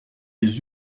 les